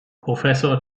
professor